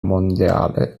mondiale